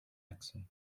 exit